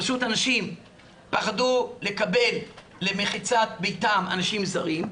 פשוט אנשים פחדו לקבל למחיצת ביתם אנשים זרים,